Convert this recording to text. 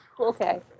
Okay